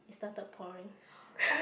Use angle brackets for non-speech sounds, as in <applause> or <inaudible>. it started pouring <noise>